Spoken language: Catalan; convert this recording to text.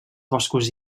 boscos